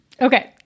Okay